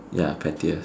ya pettiest